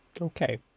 Okay